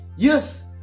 Yes